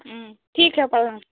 ठीक है प्रणाम